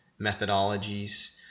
methodologies